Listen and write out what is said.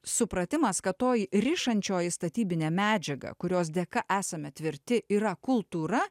supratimas kad toji rišančioji statybinė medžiaga kurios dėka esame tvirti yra kultūra